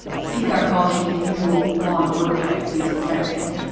steve got calls from the usual law and order types he was expecting,